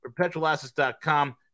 perpetualassets.com